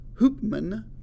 Hoopman